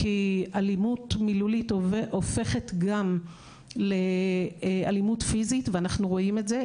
כי אלימות מילולית הופכת גם לאלימות פיזית ואנחנו רואים את זה.